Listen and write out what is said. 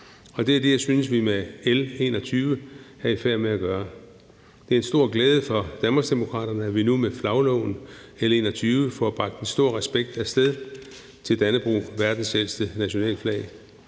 og det er det, jeg synes vi med L 21 er i færd med at gøre. Det er en stor glæde for Danmarksdemokraterne, at vi nu med forslaget til en flaglov, L 21, får bragt en stor respekt af sted til Dannebrog, verdens ældste nationalflag.